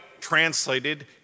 translated